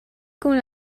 con